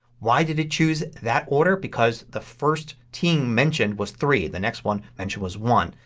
why did it choose that order? because the first team mentioned was three. the next one mentioned was one.